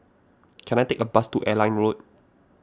can I take a bus to Airline Road